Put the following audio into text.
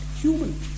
Human